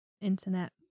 internet